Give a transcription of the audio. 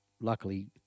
luckily